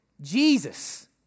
Jesus